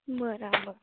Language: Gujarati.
બરાબર